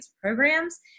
programs